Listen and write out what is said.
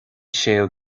séú